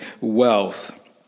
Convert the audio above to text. wealth